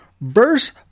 verse